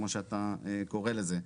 כמו שאתה קורא לזה.